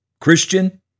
Christian